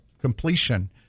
completion